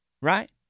right